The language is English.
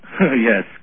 Yes